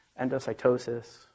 endocytosis